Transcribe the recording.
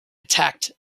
attacked